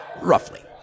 roughly